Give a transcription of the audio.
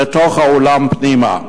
לתוך האולם פנימה.